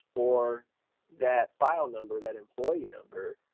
or that file number, that employee number,